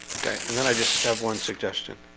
okay, and then i just have one suggestion